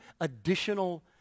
additional